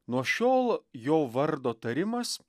nuo šiol jo vardo tarimas